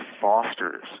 fosters